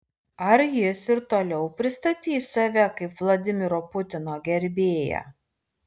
ar jis ir toliau pristatys save kaip vladimiro putino gerbėją